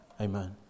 Amen